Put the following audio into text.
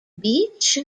beach